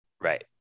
Right